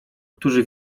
którzy